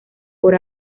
por